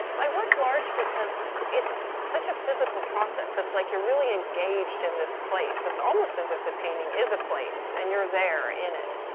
i work large because it's such a physical process. it's like you're really engaged in this place. it's almost as if the painting is a place, and you're there in it.